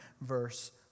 verse